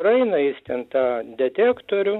praeina jis ten tą detektorių